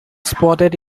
spotted